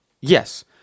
Yes